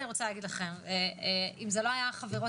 אני רוצה להגיד לכם שאם אלה לא היו החברות